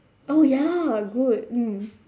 oh ya good mm